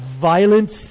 violence